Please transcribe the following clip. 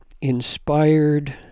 inspired